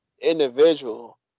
individual